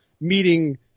meeting